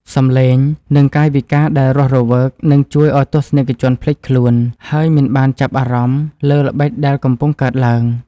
សម្លេង និង កាយវិការដែលរស់រវើកនឹងជួយឱ្យទស្សនិកជនភ្លេចខ្លួន ហើយ មិនបានចាប់អារម្មណ៍លើល្បិចដែលកំពុងកើតឡើង។